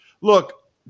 Look